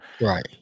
Right